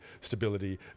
stability